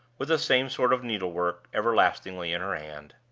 with the same sort of needle-work everlastingly in her hand.